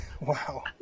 wow